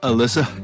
Alyssa